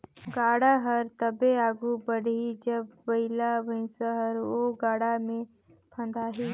गाड़ा हर तबे आघु बढ़ही जब बइला भइसा हर ओ गाड़ा मे फदाही